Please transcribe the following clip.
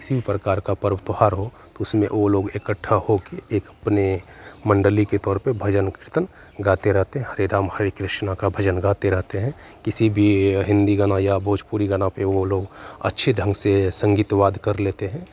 किसी भी प्रकार का पर्व तोहार हो तो उसमें ओ लोग इकट्ठा होके एक अपने मण्डली के तौर पे भजन कीर्तन गाते रहते हरे राम हरे कृष्णा का भजन गाते रहते हैं किसी भी हिन्दी गाना या भोजपुरी गाना पे वो लोग अच्छे ढंग से संगीत वाद्य कर लेते हैं